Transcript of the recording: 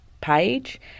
page